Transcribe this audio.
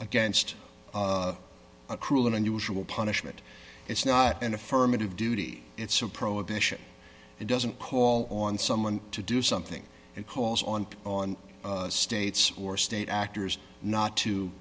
against cruel and unusual punishment it's not an affirmative duty it's a prohibition it doesn't call on someone to do something it calls on on states or state actors not to